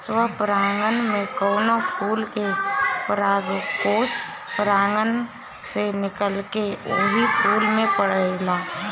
स्वपरागण में कवनो फूल के परागकोष परागण से निकलके ओही फूल पे पड़ेला